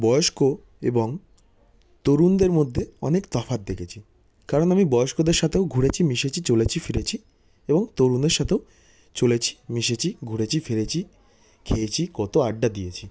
বয়স্ক এবং তরুণদের মধ্যে অনেক তফাত দেখেছি কারণ আমি বয়স্কদের সাথেও ঘুরেছি মিশেছি চলেছি ফিরেছি এবং তরুণদের সাথেও চলেছি মিশেছি ঘুরেছি ফিরেছি খেয়েছি কত আড্ডা দিয়েছি